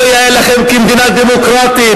לא יאה לכם כמדינה דמוקרטית,